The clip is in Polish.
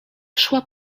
szła